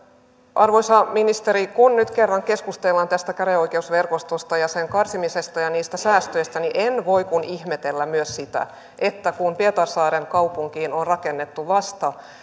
arvoisa ministeri kun nyt kerran keskustellaan tästä käräjäoikeusverkostosta ja sen karsimisesta ja niistä säästöistä niin en voi kuin ihmetellä myös sitä että kun pietarsaaren kaupunkiin on vasta rakennettu